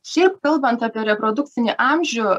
šiaip kalbant apie reprodukcinį amžių